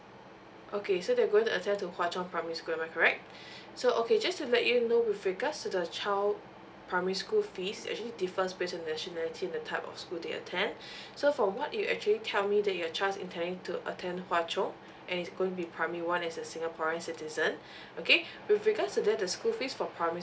okay so they're going to attend to hua chong primary school am I correct so okay just to let you know with regards to the child's primary school fees actually differs based on nationality and the type of school they attend so from what you actually tell me that your child's intending to attend hua chong and is going be primary one as a singaporean citizen okay with regards to that the school fees for primary